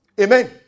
Amen